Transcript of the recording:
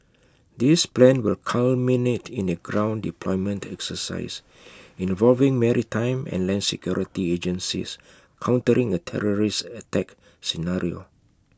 this plan will culminate in A ground deployment exercise involving maritime and land security agencies countering A terrorist attack scenario